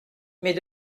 mais